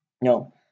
No